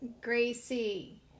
Gracie